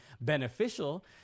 beneficial